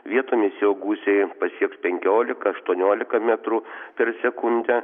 vietomis jo gūsiai pasieks penkiolika aštuoniolika metrų per sekundę